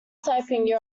typing